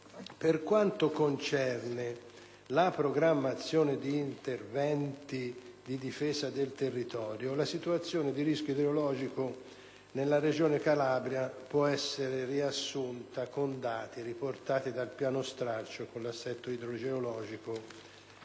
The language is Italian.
Per quanto concerne la programmazione di interventi di difesa del territorio, la situazione di rischio idrologico nella Regione Calabria può essere riassunta con dati riportati dal piano stralcio per l'assetto idrogeologico